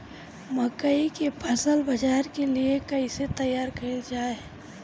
मकई के फसल बाजार के लिए कइसे तैयार कईले जाए?